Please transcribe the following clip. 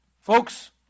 Folks